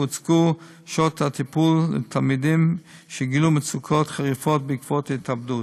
הוקצו שעות טיפול לתלמידים שגילו מצוקות חריפות בעקבות ההתאבדות.